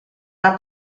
una